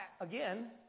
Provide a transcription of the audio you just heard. Again